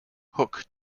hook